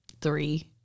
three